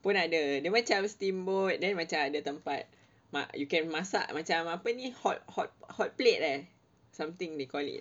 pun ada dia macam steamboat then macam ada tempat you can masak macam apa ni hot~ hot~ hotplate eh something they call it